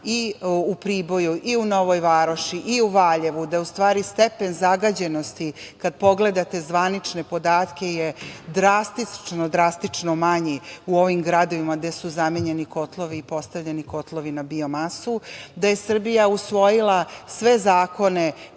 i u Priboju i u Novoj Varoši i u Valjevu, da je u stvari stepen zagađenosti, kada pogledate zvanične podatke, drastično manji u ovim gradovima gde su zamenjeni kotlovi i postavljeni kotlovi na bio masu. Da je Srbija usvojila sve zakone